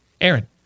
Aaron